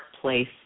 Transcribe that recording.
place